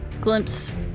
Glimpse